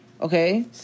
okay